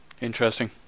Interesting